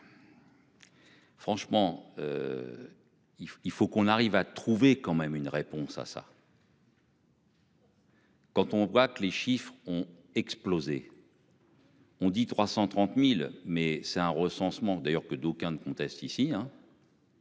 Franchement. Il faut, il faut qu'on arrive à trouver quand même une réponse à ça. Quand on voit que les chiffres ont explosé. On dit 330.000 mais c'est un recensement d'ailleurs que d'aucuns conteste ici